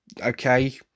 okay